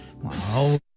Wow